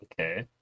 Okay